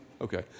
Okay